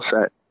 set